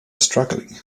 struggling